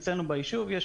אצלנו בישוב יש